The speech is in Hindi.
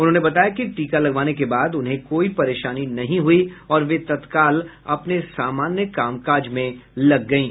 उन्होंने बताया कि टीका लगवाने के बाद उन्हें कोई परेशानी नहीं हुई और वे तत्काल अपने सामान्य कामकाज में लग गईं